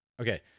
okay